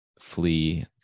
flee